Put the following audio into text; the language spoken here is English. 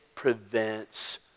prevents